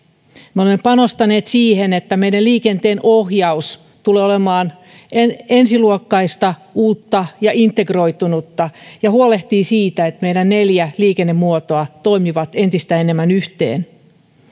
me olemme panostaneet siihen että meidän liikenteenohjauksemme tulee olemaan ensiluokkaista uutta ja integroitunutta ja huolehtii siitä että meidän neljä liikennemuotoamme toimivat entistä enemmän yhteen